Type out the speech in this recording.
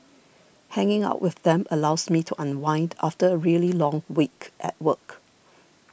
hanging out with them allows me to unwind after a really long week at work